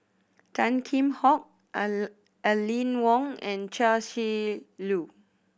Tan Kheam Hock Aline Wong and Chia Shi Lu